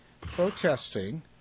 protesting